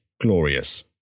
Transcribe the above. glorious